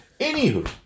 Anywho